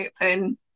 open